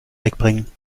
wegbringen